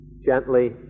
gently